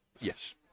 Yes